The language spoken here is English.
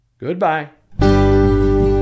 Goodbye